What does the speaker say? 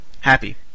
Happy